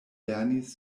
lernis